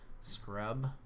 scrub